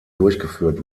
durchgeführt